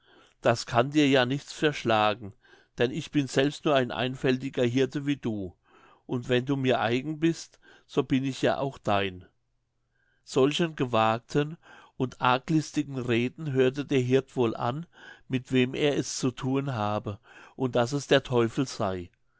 das kann dir ja nichts verschlagen denn ich bin selbst nur ein einfältiger hirte wie du und wenn du mir eigen bist so bin ich ja auch dein solchen gewagten und arglistigen reden hörte der hirt wohl an mit wem er es zu thun habe und daß es der teufel sey